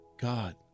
God